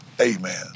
Amen